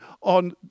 on